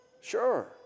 Sure